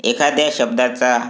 एखाद्या शब्दाचा